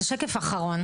זה שקף אחרון.